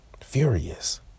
furious